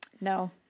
No